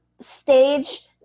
stage